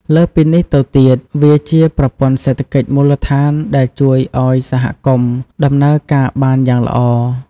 លើសពីនេះទៅទៀត វាជាប្រព័ន្ធសេដ្ឋកិច្ចមូលដ្ឋានដែលជួយឱ្យសហគមន៍ដំណើរការបានយ៉ាងល្អ។